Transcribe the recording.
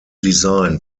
design